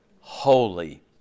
holy